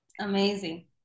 Amazing